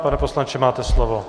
Pane poslanče, máte slovo.